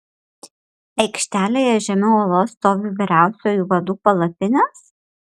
aikštelėje žemiau olos stovi vyriausiųjų vadų palapinės